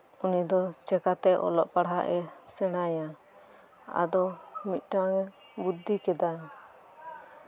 ᱩᱱᱤ ᱫᱚ ᱪᱤᱠᱟᱹᱛᱮ ᱚᱞᱚᱜ ᱯᱟᱲᱦᱟᱜ ᱮ ᱥᱮᱬᱟᱭᱟ ᱟᱫᱚ ᱢᱤᱫ ᱴᱟᱱ ᱵᱩᱫᱽᱫᱷᱤ ᱠᱮᱫᱟ